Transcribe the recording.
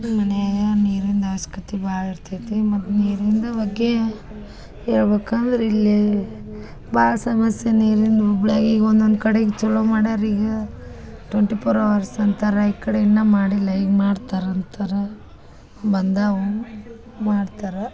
ಮನೆಯಾಗ ನೀರಿನ ಅವ್ಸ್ಕತೆ ಭಾಳ ಇರ್ತೈತಿ ಮತ್ತು ನೀರಿಂದ ಬಗ್ಗೆ ಹೇಳ್ಬೇಕ್ ಅಂದ್ರೆ ಇಲ್ಲಿ ಭಾಳ ಸಮಸ್ಯೆ ನೀರಿಂದು ಹುಬ್ಳಿಯಾಗ್ ಈಗ ಒಂದೊಂದು ಕಡೆಗೆ ಚಲೋ ಮಾಡ್ಯಾರ ಈಗ ಟೊಂಟಿ ಪೋರ್ ಅವರ್ಸ್ ಅಂತಾರೆ ಈ ಕಡೆ ಇನ್ನೂ ಮಾಡಿಲ್ಲ ಈಗ ಮಾಡ್ತಾರೆ ಅಂತಾರೆ ಬಂದಾವು ಮಾಡ್ತಾರೆ